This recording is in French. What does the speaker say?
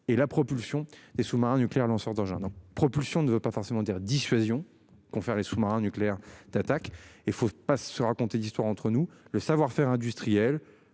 et la propulsion des sous-marins nucléaires lanceurs d'engins non propulsion ne veut pas forcément dire dissuasion confère les sous-marins nucléaires d'attaque et il faut pas se raconter d'histoires entre nous le savoir-faire industriel